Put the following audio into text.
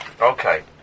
Okay